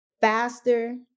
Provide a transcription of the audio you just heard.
faster